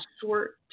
short